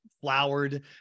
flowered